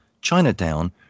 Chinatown